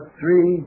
three